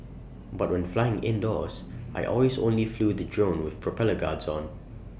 but when flying indoors I always only flew the drone with propeller guards on